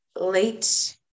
late